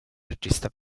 regista